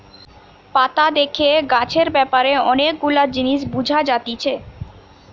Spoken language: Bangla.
পাতা দেখে গাছের ব্যাপারে অনেক গুলা জিনিস বুঝা যাতিছে